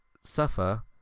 suffer